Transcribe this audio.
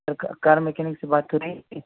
سر car mechanic سے بات ہو رہی تھی